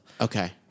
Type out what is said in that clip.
Okay